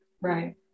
Right